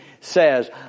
says